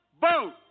Vote